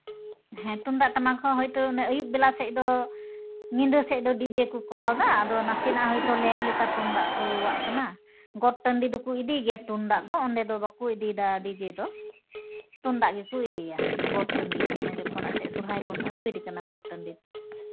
ᱦᱮᱸ ᱛᱩᱢᱫᱟᱜ ᱴᱟᱢᱟᱠ ᱦᱚᱸ ᱦᱚᱭᱛᱳ ᱟᱹᱭᱩᱵ ᱵᱮᱞᱟ ᱥᱮᱜ ᱫᱚ ᱧᱤᱫᱟᱹ ᱥᱮᱜ ᱫᱚ ᱰᱤᱡᱮ ᱠᱚ ᱠᱚᱨᱟᱣᱮᱫᱟ ᱟᱫᱚ ᱱᱟᱥᱮᱱᱟᱜ ᱞᱮᱠ ᱞᱮᱠᱟ ᱦᱚᱭᱛᱳ ᱛᱩᱢᱫᱟᱜ ᱠᱚ ᱨᱩᱣᱟᱜ ᱠᱟᱱᱟ ᱜᱚᱴ ᱴᱟᱺᱰᱤ ᱫᱚᱠᱚ ᱤᱫᱤ ᱜᱮᱭᱟ ᱛᱩᱢᱫᱟᱜ ᱫᱚ ᱚᱸᱰᱮ ᱫᱚ ᱵᱟᱠᱚ ᱤᱫᱤᱭᱫᱟ ᱰᱤᱡᱮ ᱫᱚ ᱛᱩᱢᱫᱟᱜ ᱜᱮᱠᱚ ᱤᱫᱤᱭᱟ ᱜᱚᱴ ᱴᱟᱺᱰᱤ ᱡᱚᱠᱷᱚᱱ ᱮᱱᱛᱮᱜ ᱥᱚᱦᱨᱟᱭ ᱵᱚᱱ ᱟᱹᱜᱩᱭᱫᱮ ᱠᱟᱱᱟ ᱜᱚᱴ ᱴᱟᱺᱰᱤ